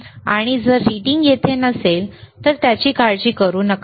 आणि जर रीडिंग येथे नसेल तर त्याची काळजी करू नका